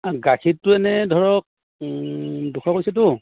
গাখীৰটো এনেই ধৰক দুশ কৈছেতো